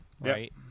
Right